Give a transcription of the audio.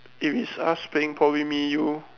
if it's us playing probably me you